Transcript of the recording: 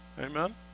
amen